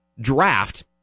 draft